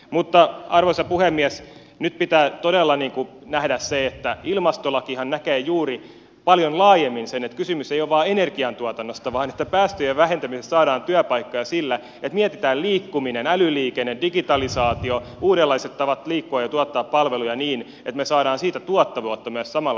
mutta arvoisa puhemies nyt pitää todella nähdä se että ilmastolakihan näkee juuri paljon laajemmin sen että kysymys ei ole vain energiantuotannosta vaan siitä että päästöjen vähentämisessä saadaan työpaikkoja sillä että mietitään liikkuminen älyliikenne digitalisaatio uudenlaiset tavat liikkua ja tuottaa palveluja niin että me saamme siitä myös tuottavuutta samalla